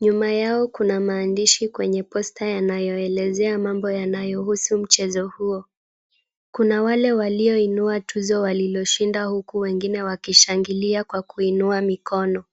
Nyuma yao kuna maandishi kwenye [c]posta [c]yanayoelezea mambo yanayohusu mchezo huo. Kuna wale walioinua tuzo waliloshinda huku wengine wakishangilia kwa kuinua mikono.